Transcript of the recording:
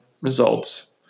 results